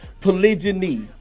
Polygyny